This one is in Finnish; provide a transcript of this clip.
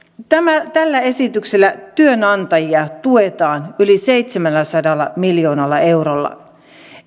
tällä esityksellä työnantajia tuetaan yli seitsemälläsadalla miljoonalla eurolla